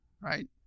right